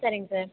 சரிங்க சார்